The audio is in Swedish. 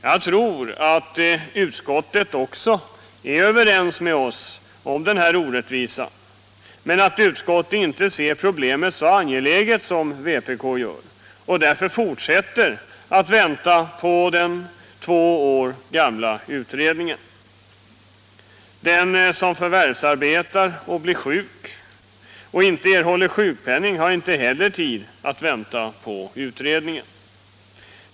Jag tror att utskottet också är överens med oss om att detta är en orättvisa, men att utskottet inte ser problemet som så angeläget som vpk gör och därför fortsätter att vänta på den två år gamla utredningen. Den som förvärvsarbetar och blir sjuk och inte erhåller sjukpenning har inte heller tid att vänta på utredningen.